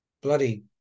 bloody